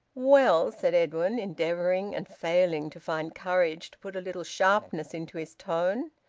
well, said edwin, endeavouring, and failing, to find courage to put a little sharpness into his tone,